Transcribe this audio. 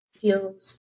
feels